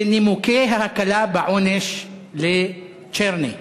בנימוקי ההקלה בעונש לצ'רני: